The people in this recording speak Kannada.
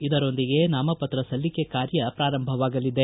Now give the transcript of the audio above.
ಇದರೊಂದಿಗೆ ನಾಮಪತ್ರ ಸಲ್ಲಿಕೆ ಕಾರ್ಯ ಪ್ರಾರಂಭವಾಗಲಿದೆ